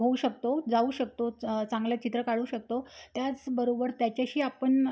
होऊ शकतो जाऊ शकतो च चांगलं चित्र काढू शकतो त्याचबरोबर त्याच्याशी आपण